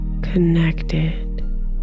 Connected